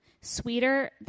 Sweeter